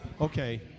Okay